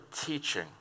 teaching